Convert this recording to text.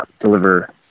deliver